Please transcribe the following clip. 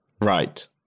Right